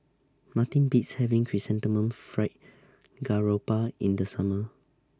Nothing Beats having Chrysanthemum Fried Garoupa in The Summer